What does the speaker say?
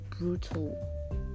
brutal